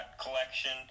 collection